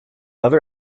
other